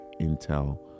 intel